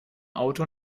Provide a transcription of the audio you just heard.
auto